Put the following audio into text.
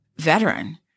veteran